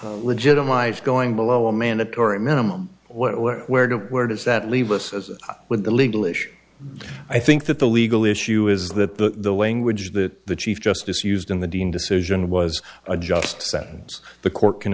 plea legitimize going below a mandatory minimum where where does that leave us as with the legal issue i think that the legal issue is that the language that the chief justice used in the dean decision was a just sentence the court can